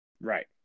Right